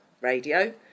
radio